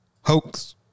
Hoax